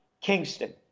Kingston